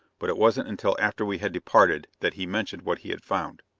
but it wasn't until after we had departed that he mentioned what he had found.